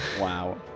Wow